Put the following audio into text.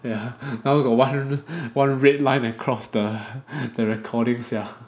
ya now got one one red line across the the recording sia